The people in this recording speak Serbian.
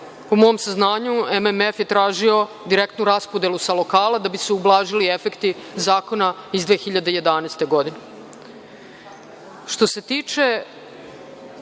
po mom saznanju MMF je tražio direktnu raspodelu sa lokala da bi se ublažili efekti zakona iz 2011. godine. Što